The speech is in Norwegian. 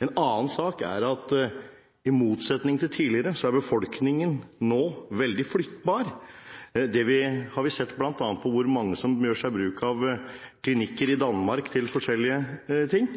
En annen sak er at befolkningen nå – i motsetning til tidligere – er veldig flyttbar. Det har vi sett bl.a. på hvor mange som gjør bruk av klinikker i Danmark til forskjellige ting.